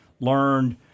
learned